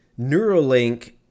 Neuralink